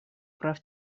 прав